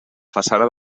façana